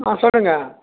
ஆ சொல்லுங்கள்